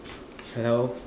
hello